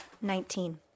nineteen